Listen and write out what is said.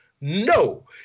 No